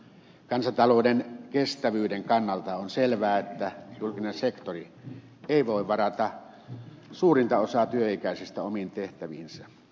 kansantalouden kestävyyden kannalta on selvää että julkinen sektori ei voi varata suurinta osaa työikäisistä omiin tehtäviinsä